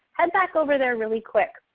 head back over there really quick.